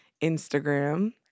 Instagram